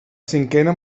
cinquena